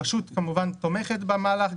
הרשות, כמובן, תומכת במהלך.